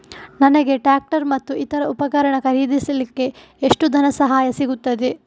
ನನಗೆ ಟ್ರ್ಯಾಕ್ಟರ್ ಮತ್ತು ಇತರ ಉಪಕರಣ ಖರೀದಿಸಲಿಕ್ಕೆ ಎಷ್ಟು ಧನಸಹಾಯ ಸಿಗುತ್ತದೆ?